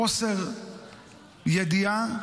חוסר ידיעה,